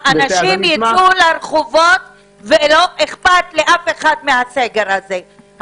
אנשים ייצאו לרחובות, ולא אכפת לאף אחד מהסגר הזה.